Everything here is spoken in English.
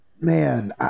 man